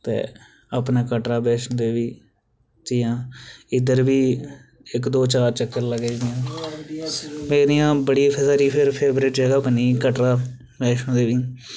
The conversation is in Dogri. ते अपना कटरा वैष्णो देवी च जां इद्धर बी इक दो चार चक्कर लग्गे दे आं मेरी बड़ी जादा फेवरेट जगहा बनी कटरा वैष्णो देवी